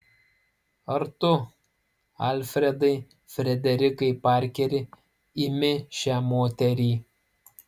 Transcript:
ar tu alfredai frederikai parkeri imi šią moterį